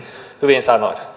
hyvin sanoi